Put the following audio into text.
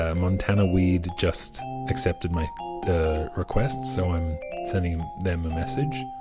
ah montana weed just accepted my request so i'm sending him, them a message.